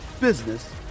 business